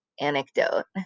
anecdote